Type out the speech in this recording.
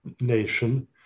Nation